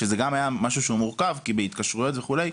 שזה גם היה משהו שהוא מורכב כי בהתקשרויות וכולי,